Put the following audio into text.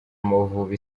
amavubi